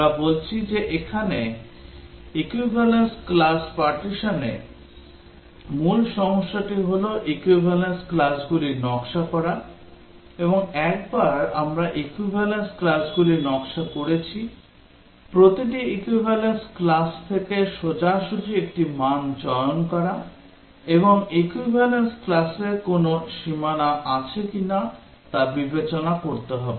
আমরা বলছি যে এখানে equivalence class partition এ মূল সমস্যাটি হল equivalence classগুলির নকশা করা এবং একবার আমরা equivalence classগুলি নকশা করেছি প্রতিটি equivalence class থেকে সোজাসুজি একটি মান চয়ন করা এবং equivalence classর কোনও সীমানা আছে কিনা তা বিবেচনা করতে হবে